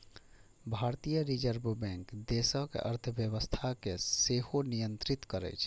भारतीय reserve bank देशक अर्थव्यवस्था कें सेहो नियंत्रित करै छै